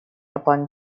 upon